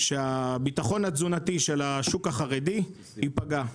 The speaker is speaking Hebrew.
שהביטחון התזונתי של השוק החרדי ייפגע.